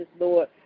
Lord